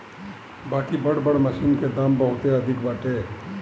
बाकि बड़ बड़ मशीन के दाम बहुते अधिका बाटे